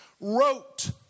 wrote